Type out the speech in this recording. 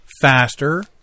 faster